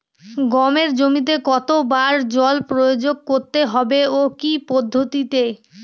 গমের জমিতে কতো বার জল প্রয়োগ করতে হবে ও কি পদ্ধতিতে?